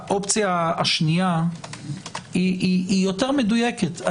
שהאופציה השנייה היא יותר מדויקת.